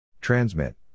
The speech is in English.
Transmit